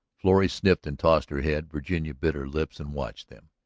florrie sniffed and tossed her head. virginia bit her lips and watched them.